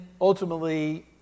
ultimately